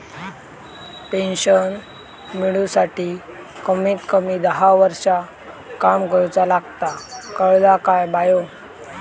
Pension मिळूसाठी कमीत कमी दहा वर्षां काम करुचा लागता, कळला काय बायो?